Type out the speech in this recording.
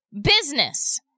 business